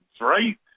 right